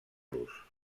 los